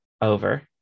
over